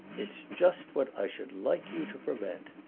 it's just what i should like you to prevent.